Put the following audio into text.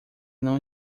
não